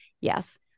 yes